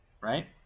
right